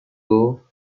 گفتخوب